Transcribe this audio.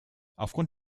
aufgrund